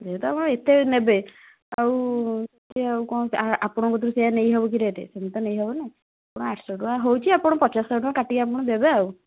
ଯେହେତୁ ଆପଣ ଏତେ ନେବେ ଆଉ ଏ ଆଉ କ'ଣ ଆ ଆପଣଙ୍କଠୁ ସେ ଆଉ ନେଇହେବ କି ରେଟ୍ ସେମିତି ତ ନେଇ ହେବନି ଆପଣ ଆଠଶହ ଟଙ୍କା ହେଉଛି ଆପଣ ଆଉ ପଚାଶ ଶହେ ଟଙ୍କା କାଟିକି ଆପଣ ଦେବେ ଆଉ